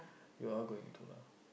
you all going to lah